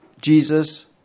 Jesus